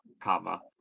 comma